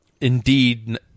indeed